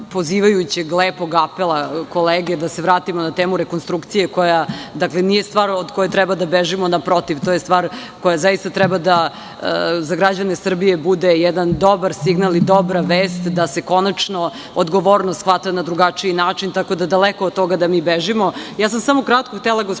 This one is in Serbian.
pozivajućeg lepog apela kolege da se vratimo na temu rekonstrukcije koja nije stvar od koje treba da bežimo, naprotiv, to je stvar koja zaista treba da za građane Srbije bude jedan dobar signal i dobra vest da se konačno odgovornost shvata na drugačiji način, tako da daleko od toga da mi bežimo. Samo sam kratko htela gospodinu